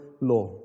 law